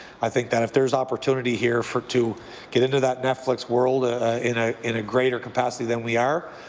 i think that if there is opportunity here for to get into that netflix world ah in ah in a greater capacity than we are,